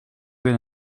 good